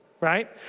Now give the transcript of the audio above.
right